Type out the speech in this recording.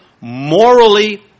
morally